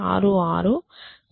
58